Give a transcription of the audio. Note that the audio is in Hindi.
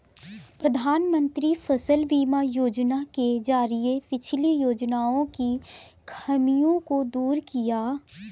प्रधानमंत्री फसल बीमा योजना के जरिये पिछली योजनाओं की खामियों को दूर किया